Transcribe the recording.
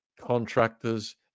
contractors